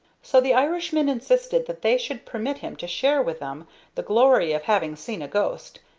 so the irishman insisted that they should permit him to share with them the glory of having seen a ghost,